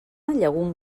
llegum